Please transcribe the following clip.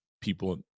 people